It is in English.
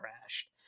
crashed